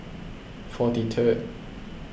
forty third